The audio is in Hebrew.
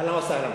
אהלן וסהלן.